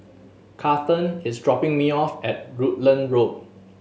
Kathern is dropping me off at Rutland Road